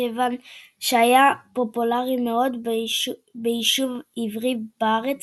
כיוון שהיה פופולרי מאוד ביישוב העברי בארץ